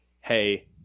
hey